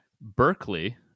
Berkeley